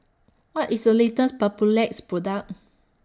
What IS The latest Papulex Product